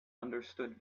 understood